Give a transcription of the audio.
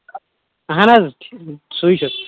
اہن حظ سُے چھُس